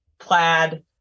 plaid